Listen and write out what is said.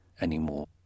anymore